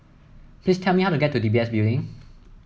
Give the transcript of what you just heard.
please tell me how to get to D B S Building